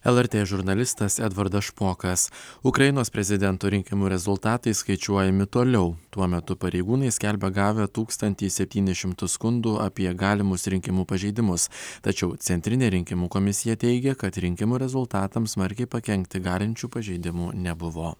lrt žurnalistas edvardas špokas ukrainos prezidento rinkimų rezultatai skaičiuojami toliau tuo metu pareigūnai skelbia gavę tūkstantis septyni šimtus skundų apie galimus rinkimų pažeidimus tačiau centrinė rinkimų komisija teigia kad rinkimų rezultatams smarkiai pakenkti galinčių pažeidimų nebuvo